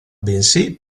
bensì